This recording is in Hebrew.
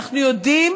אנחנו יודעים